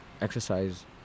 exercise